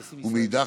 ומאידך,